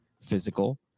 physical